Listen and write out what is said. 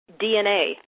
DNA